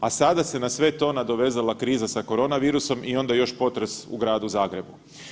A sada se na sve to nadovezala kriza sa koronavirusom i onda još potres u Gradu Zagrebu.